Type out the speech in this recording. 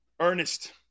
Ernest